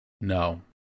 No